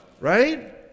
Right